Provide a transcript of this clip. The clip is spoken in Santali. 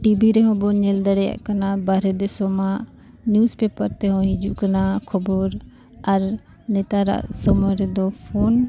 ᱴᱤᱵᱷᱤ ᱨᱮᱦᱚᱸ ᱵᱚᱱ ᱧᱮᱞ ᱫᱟᱲᱮᱭᱟᱜ ᱠᱟᱱᱟ ᱵᱟᱦᱨᱮ ᱫᱤᱥᱚᱢᱟᱜ ᱱᱤᱭᱩᱡᱽ ᱯᱮᱯᱟᱨ ᱛᱮᱦᱚᱸ ᱦᱤᱡᱩᱜ ᱠᱟᱱᱟ ᱠᱷᱚᱵᱚᱨ ᱟᱨ ᱱᱮᱛᱟᱨᱟᱜ ᱥᱚᱢᱚᱭ ᱨᱮᱫᱚ ᱯᱷᱳᱱ